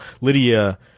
Lydia